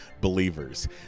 believers